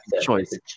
Choice